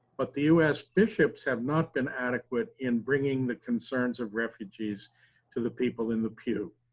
but the u s. bishops have not been adequate in bringing the concerns of refugees to the people in the pew.